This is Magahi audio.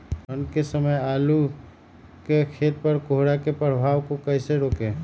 ठंढ के समय आलू के खेत पर कोहरे के प्रभाव को कैसे रोके?